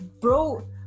Bro